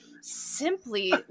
simply